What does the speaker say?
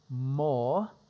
more